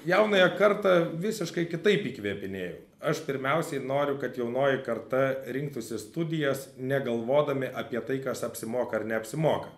jaunąją kartą visiškai kitaip įkvėpinėju aš pirmiausiai noriu kad jaunoji karta rinktųsi studijas negalvodami apie tai kas apsimoka ar neapsimoka